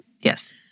Yes